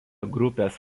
grupės